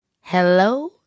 Hello